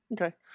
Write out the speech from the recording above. Okay